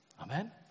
Amen